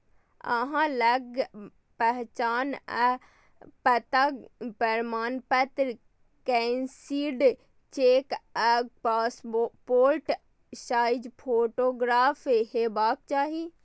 अहां लग पहचान आ पता प्रमाणपत्र, कैंसिल्ड चेक आ पासपोर्ट साइज फोटोग्राफ हेबाक चाही